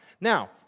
Now